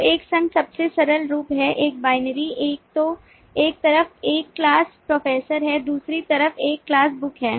तो एक संघ सबसे सरल रूप है एक binary एक तो एक तरफ एक क्लास प्रोफेसर है दूसरी तरफ एक क्लास बुक है